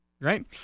right